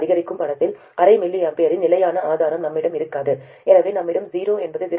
அதிகரிக்கும் படத்தில் அரை mA இன் நிலையான ஆதாரம் நம்மிடம் இருக்காது எனவே நம்மிடம் 0 என்பது 0